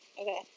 Okay